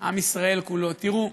עם ישראל כולו, תראו,